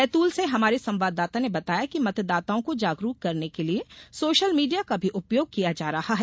बैतूल से हमारे संवाददाता ने बताया कि मततदाताओं को जागरूक करने के लिए सोषल मीडिया का भी उपयोग किया जा रहा है